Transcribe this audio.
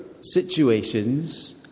situations